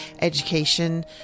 education